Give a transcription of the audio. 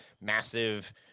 massive